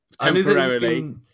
temporarily